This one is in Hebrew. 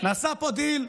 נעשה פה דיל.